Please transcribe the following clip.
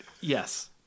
yes